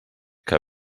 que